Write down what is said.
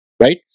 Right